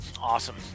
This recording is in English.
Awesome